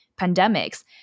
pandemics